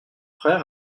frère